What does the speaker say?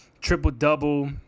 triple-double